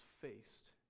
faced